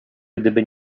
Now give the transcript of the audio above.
gdyby